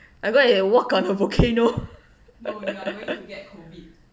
I go and walk on the volcano